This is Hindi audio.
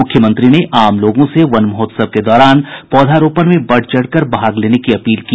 मुख्यमंत्री ने आम लोगों से वन महोत्सव के दौरान पौधारोपण में बढ़ चढ़कर भाग लेने की अपील की